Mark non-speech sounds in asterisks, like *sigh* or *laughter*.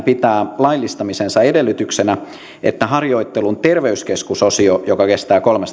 *unintelligible* pitää laillistamisen edellytyksenä että harjoittelun terveyskeskusosio joka kestää kolme *unintelligible*